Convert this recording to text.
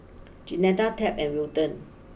Jeanetta Tab and Wilton